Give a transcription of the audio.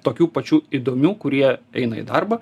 tokių pačių įdomių kurie eina į darbą